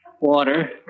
water